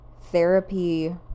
therapy